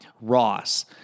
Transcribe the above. Ross